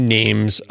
names